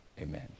Amen